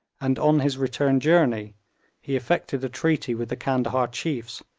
and on his return journey he effected a treaty with the candahar chiefs,